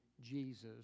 Jesus